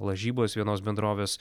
lažybos vienos bendrovės